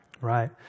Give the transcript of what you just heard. right